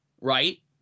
right